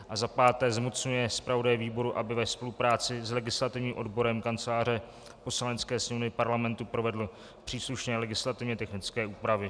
V. zmocňuje zpravodaje výboru, aby ve spolupráci s legislativním odborem Kanceláře Poslanecké sněmovny Parlamentu provedl příslušné legislativně technické úpravy